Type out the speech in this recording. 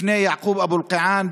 לפני יעקוב אבו אלקיעאן,